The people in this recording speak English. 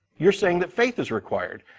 you're saying that faith is required?